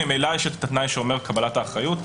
ממילא יש תנאי שאומר קבלת האחריות,